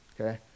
okay